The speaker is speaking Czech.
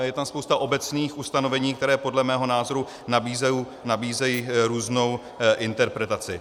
Je tam spousta obecných ustanovení, která podle mého názoru nabízejí různou interpretaci.